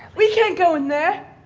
we can't go in there!